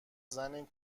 زنی